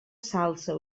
salsa